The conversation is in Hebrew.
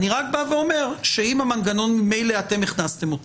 אני רק אומר שאם ממילא הכנסתם את